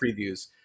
previews